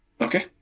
Okay